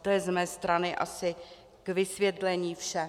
To je z mé strany asi k vysvětlení vše.